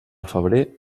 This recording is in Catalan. febrer